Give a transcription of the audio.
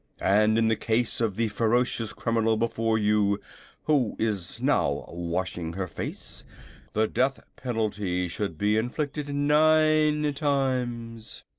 and in the case of the ferocious criminal before you who is now washing her face the death penalty should be inflicted nine times.